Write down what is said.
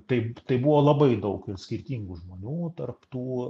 taip tai buvo labai daug skirtingų žmonių tarp tų